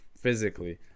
physically